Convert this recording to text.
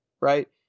right